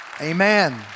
Amen